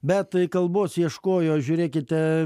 bet kalbos ieškojo žiūrėkite